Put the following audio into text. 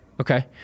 Okay